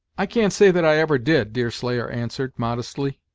i can't say that i ever did, deerslayer answered, modestly.